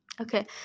Okay